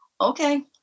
Okay